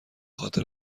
خاطر